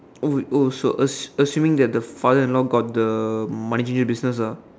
oh so ass~ assuming the father got the money changer business ah